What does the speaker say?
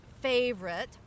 favorite